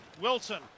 Wilson